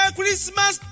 Christmas